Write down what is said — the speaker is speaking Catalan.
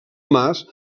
mas